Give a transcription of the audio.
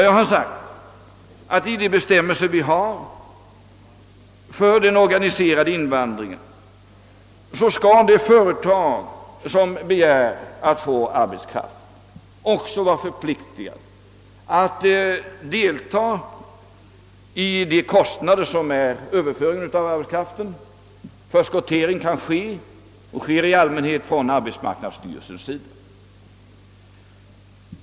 Jag har sagt att enligt de bestämmelser vi har för den organiserade invandringen skall det företag som begär att få arbetskraft också vara förpliktat att delta i de kostnader som är förenade med överföringen av arbetskraften. Förskottering från arbetsmarknadsstyrelsen sker i allmänhet.